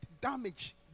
damage